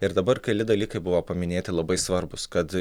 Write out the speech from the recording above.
ir dabar keli dalykai buvo paminėti labai svarbūs kad